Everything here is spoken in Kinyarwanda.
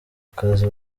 akazi